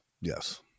yes